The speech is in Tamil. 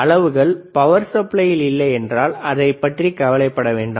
அளவுகள் பவர் சப்ளையில் இல்லையென்றால் அதைப் பற்றி கவலைப்பட வேண்டாம்